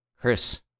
chris